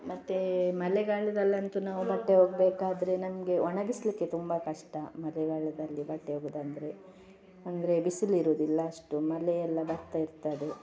ಮತ್ತೇ ಮಳೆಗಾಲದಲ್ಲಿ ಅಂತು ನಾವು ಬಟ್ಟೆ ಒಗಿಬೇಕಾದರೆ ನನ್ಗೆ ಒಣಗಿಸಲಿಕ್ಕೆ ತುಂಬ ಕಷ್ಟ ಮಳೆಗಾಲದಲ್ಲಿ ಬಟ್ಟೆ ಒಗ್ಯುದ್ ಅಂದರೆ ಅಂದರೆ ಬಿಸಿಲು ಇರೋದಿಲ್ಲ ಅಷ್ಟು ಮಳೆ ಎಲ್ಲ ಬರ್ತ ಇರ್ತದೆ